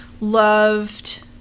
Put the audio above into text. loved